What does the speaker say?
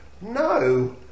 No